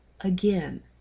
again